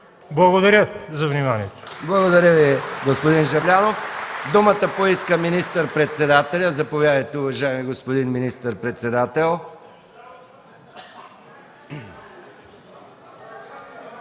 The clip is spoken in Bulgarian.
Благодаря за вниманието.